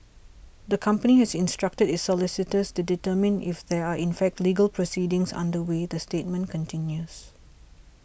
the company has instructed its solicitors to determine if there are in fact legal proceedings underway the statement continues